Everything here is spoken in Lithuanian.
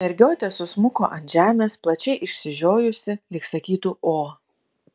mergiotė susmuko ant žemės plačiai išsižiojusi lyg sakytų o